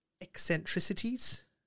eccentricities